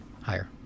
Higher